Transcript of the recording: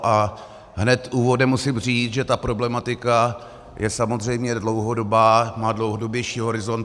A hned v úvodu musím říct, že ta problematika je samozřejmě dlouhodobá, má dlouhodobější horizont.